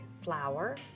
flour